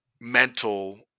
mental